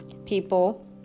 people